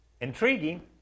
Intriguing